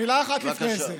מילה אחת לפני זה.